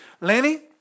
Lenny